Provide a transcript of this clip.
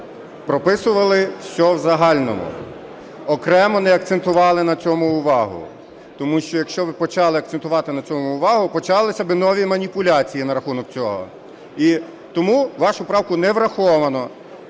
Прописували все в загальному, окремо не акцентували на цьому увагу. Тому що якщо ви почали акцентувати на цьому увагу, почалися би нові маніпуляції на рахунок цього. І тому вашу правку не враховано,